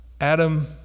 Adam